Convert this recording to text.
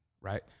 right